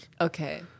Okay